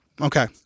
Okay